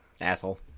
Asshole